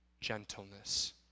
gentleness